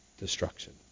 Destruction